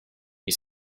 you